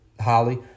Holly